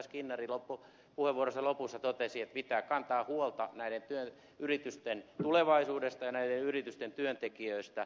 skinnari puheenvuoronsa lopussa totesi että pitää kantaa huolta näiden yritysten tulevaisuudesta ja näiden yritysten työntekijöistä